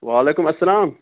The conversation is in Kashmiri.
وعلیکُم اسلام